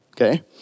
Okay